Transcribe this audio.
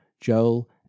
Joel